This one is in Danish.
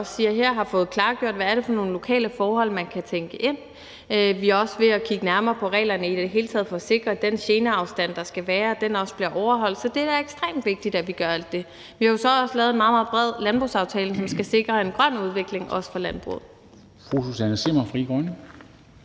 sagt her, har fået klargjort, hvad det er for nogle lokale forhold, man kan tænke ind. Vi er også ved at kigge nærmere på reglerne i det hele taget for at sikre, at den geneafstand, der skal være, også bliver overholdt. Så det er da ekstremt vigtigt, at vi gør alt det. Vi har jo så også lavet en meget, meget bred landbrugsaftale, som skal sikre en grøn udvikling i landbruget.